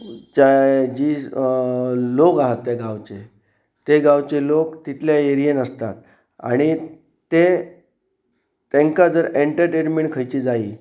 जी लोक आसात ते गांवचे ते गांवचे लोक तितले एरियेंत आसतात आनी ते तांकां जर एनटरटेमेंट खंयची जायी